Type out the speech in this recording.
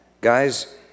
Guys